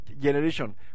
generation